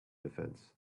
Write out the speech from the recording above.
defense